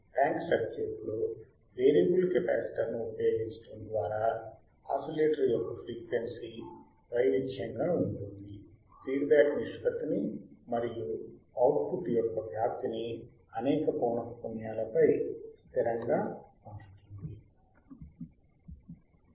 tank సర్క్యూట్లో variable కెపాసిటర్ను ఉపయోగించడం ద్వారా ఆసిలేటర్ యొక్క ఫ్రీక్వెన్సీ వైవిధ్యంగా ఉంటుంది ఫీడ్బ్యాక్ నిష్పత్తిని మరియు అవుట్పుట్ యొక్క వ్యాప్తిని అనేక పౌనఃపున్యాలపై స్థిరంగా ఉంచుతుంది